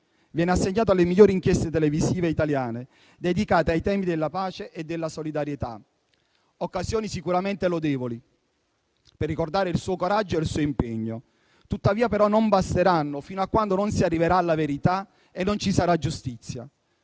viene assegnato alle migliori inchieste televisive italiane dedicate ai temi della pace e della solidarietà: occasioni sicuramente lodevoli per ricordare il suo coraggio e il suo impegno. Tuttavia, però, non basteranno fino a quando non si arriverà alla verità e non ci sarà giustizia.